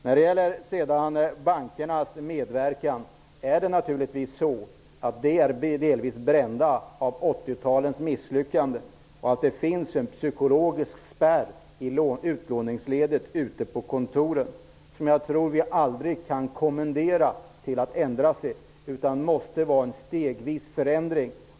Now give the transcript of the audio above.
När det sedan gäller bankernas medverkan, är det naturligtvis så att de är delvis brända av 80-talets misslyckanden. Det finns en psykologisk spärr i utlåningsledet ute på kontoren. Jag tror inte att vi kan kommendera dem att ändra sig, utan det måste ske en stegvis förändring.